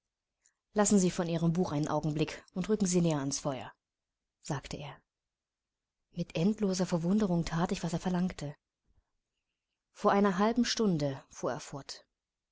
lassen sie ihr buch einen augenblick und rücken sie näher ans feuer sagte er mit endloser verwunderung that ich was er verlangte vor einer halben stunde fuhr